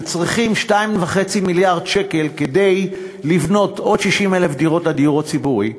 וצריכים 2.5 מיליארד שקל כדי לבנות עוד 60,000 דירות לדיור הציבורי,